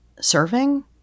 serving